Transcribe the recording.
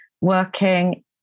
working